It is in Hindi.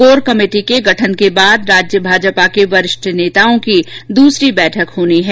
कोर कमेटी के गठन के बाद राज्य भाजपा के वरिष्ठ नेताओं की दूसरी बैठक होनी है